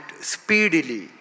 speedily